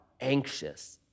anxious